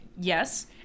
Yes